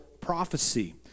prophecy